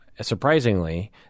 surprisingly